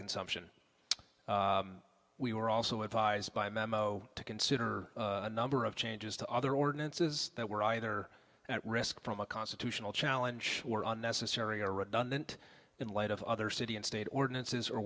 consumption we were also advised by memo to consider a number of changes to other ordinances that were either at risk from a constitutional challenge were unnecessary or redundant in light of other city and state ordinances or